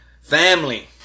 family